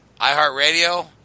iHeartRadio